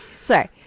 sorry